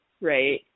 right